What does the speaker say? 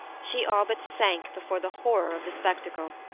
she all but sank before the horror of the spectacle.